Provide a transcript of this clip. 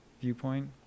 viewpoint